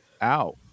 out